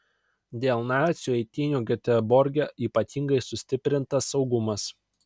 dėl nacių eitynių geteborge ypatingai sustiprintas saugumas